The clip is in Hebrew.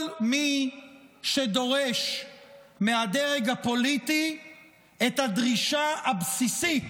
כל מי שדורש מהדרג הפוליטי את הדרישה הבסיסית